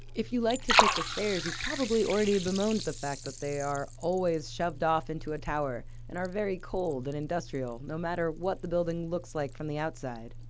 if you like to take the stairs, you've probably already bemoaned the fact they are always shoved off into a tower and are very cold and industrial, no matter what the building looks like from the outside.